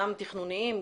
גם תכנוניים,